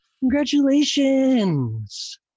Congratulations